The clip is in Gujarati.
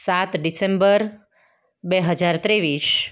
સાત ડિસેમ્બર બે હજાર ત્રેવીસ